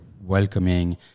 welcoming